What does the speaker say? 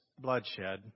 bloodshed